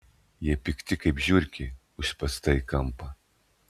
jie pikti kaip žiurkė užspęsta į kampą